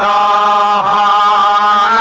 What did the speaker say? aa